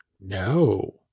No